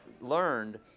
learned